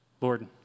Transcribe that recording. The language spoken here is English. Lord